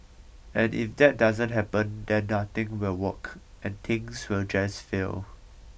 and if that doesn't happen then nothing will work and things will just fail